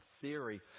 theory